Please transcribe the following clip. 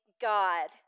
God